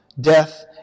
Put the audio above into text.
death